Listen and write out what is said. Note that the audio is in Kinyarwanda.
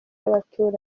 yabaturage